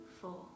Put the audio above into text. four